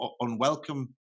unwelcome